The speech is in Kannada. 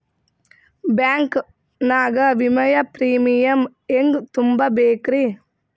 ಬ್ಯಾಂಕ್ ನಾಗ ವಿಮೆಯ ಪ್ರೀಮಿಯಂ ಹೆಂಗ್ ತುಂಬಾ ಬೇಕ್ರಿ?